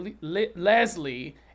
Leslie